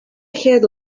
had